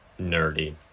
nerdy